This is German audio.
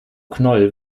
knoll